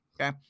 Okay